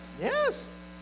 Yes